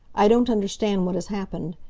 i don't understand what has happened.